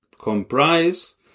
Comprise